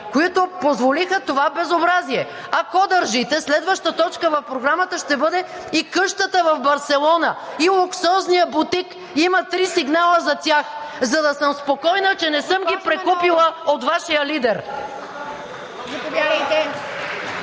и позволиха това безобразие. Ако държите, следващата точка в Програмата ще бъде и къщата в Барселона и луксозния бутик – има три сигнала за тях, за да съм спокойна, че не съм ги прекупила от Вашия лидер.